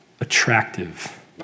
attractive